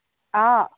অ